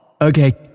Okay